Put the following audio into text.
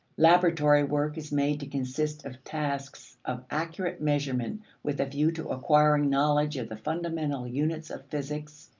laboratory work is made to consist of tasks of accurate measurement with a view to acquiring knowledge of the fundamental units of physics,